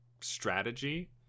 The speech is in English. strategy